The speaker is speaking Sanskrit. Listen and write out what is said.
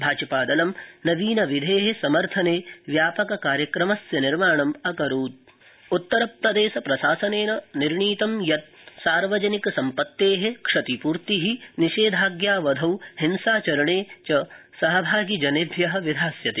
भाजपा लं नवीन विधे समर्थने व्यापक कार्यक्रमस्य निर्माणम अकरोत उत्तरप्रदेश हिंसा उत्तरप्र श प्रशासनेन निर्णीतं यत सार्वजनिकसम्पत्ते क्षतिपूर्ति निषेधाज्ञावधौ हिंसाचरणे सहभागिजनेभ्य विधास्यते